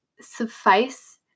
suffice